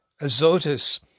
Azotus